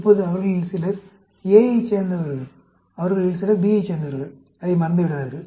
இப்போது அவர்களில் சிலர் A யைச் சார்ந்தவர்கள் அவர்களில் சிலர் B யைச் சார்ந்தவர்கள் அதை மறந்துவிடாதீர்கள்